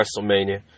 WrestleMania